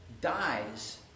dies